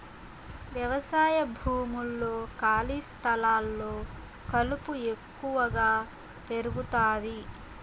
వ్యవసాయ భూముల్లో, ఖాళీ స్థలాల్లో కలుపు ఎక్కువగా పెరుగుతాది